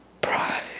Pride